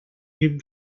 him